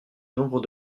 nombre